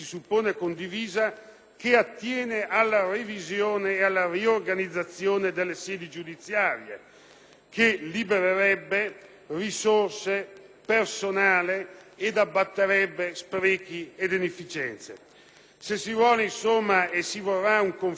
che attiene alla revisione e alla riorganizzazione delle sedi giudiziarie, che libererebbe risorse, personale ed abbatterebbe sprechi ed inefficienze. Se, insomma, si vuole e si vorrà un confronto vero